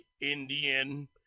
Indian